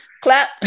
clap